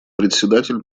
председатель